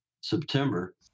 September